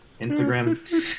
instagram